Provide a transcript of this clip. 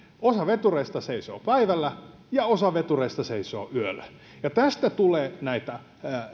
osa vetureista seisoo päivällä ja osa vetureista seisoo yöllä ja tästä tulee näitä